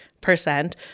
percent